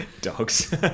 Dogs